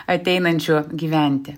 ateinančių gyventi